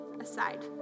aside